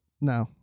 No